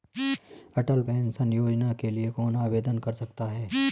अटल pension Yojana के लिए कौन आवेदन कर सकता है?